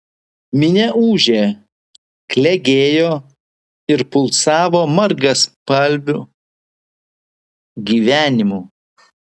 minia ūžė klegėjo ir pulsavo margaspalviu gyvenimu